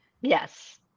yes